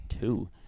two